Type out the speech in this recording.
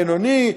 בינוני,